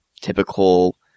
typical